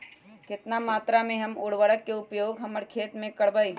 कितना मात्रा में हम उर्वरक के उपयोग हमर खेत में करबई?